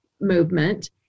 movement